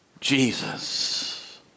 Jesus